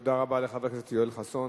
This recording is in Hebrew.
תודה רבה לחבר הכנסת יואל חסון.